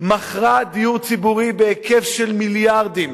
מכרה דיור ציבורי בהיקף של מיליארדים.